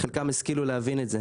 בחלקן השכילו להבין את זה